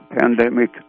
pandemic